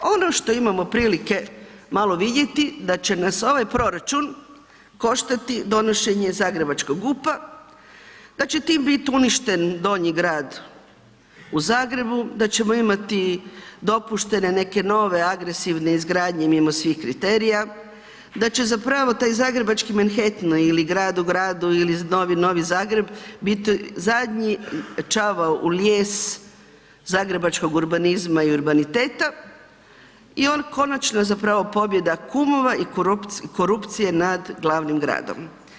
Ono što imamo prilike malo vidjeti da će nas ovaj proračun koštati donošenje zagrebačkog GUP-a, da će time biti uništen Donji grad u Zagrebu, da ćemo imati dopuštene neke nove agresivne izgradnje mimo svih kriterija, da će zapravo taj zagrebački Manhattan ili grad u gradu ili Novi Zagreb biti zadnji čavao u lijes zagrebačkog urbanizma i urbaniteta i on konačno zapravo pobjeda kumova i korupcije nad glavnim gradom.